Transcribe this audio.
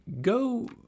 Go